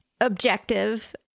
objective